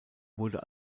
wurde